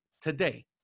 today